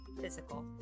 physical